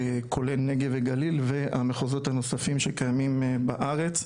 כולל נגב וגליל והמחוזות הנוספים שקיימים בארץ.